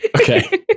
Okay